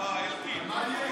בפעם הבאה.